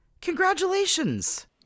Congratulations